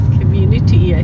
Community